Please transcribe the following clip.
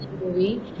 movie